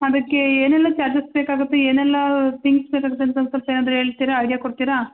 ಅದಕ್ಕೆ ಏನೆಲ್ಲ ಚಾರ್ಜಸ್ ಬೇಕಾಗತ್ತೆ ಏನೆಲ್ಲಾ ತಿಂಗ್ಸ್ ಬೇಕಾಗ್ತದೆ ಸೊಲ್ಪ ಏನಾದರು ಹೇಳ್ತೀರಾ ಐಡಿಯಾ ಕೊಡ್ತೀರಾ